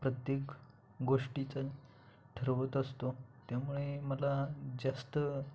प्रत्येक गोष्टीचं ठरवत असतो त्यामुळे मला जास्त